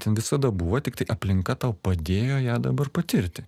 ten visada buvo tiktai aplinka tau padėjo ją dabar patirti